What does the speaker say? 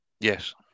Yes